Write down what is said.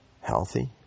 healthy